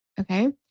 okay